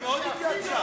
היא מאוד התייעצה.